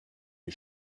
die